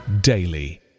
daily